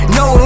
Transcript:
no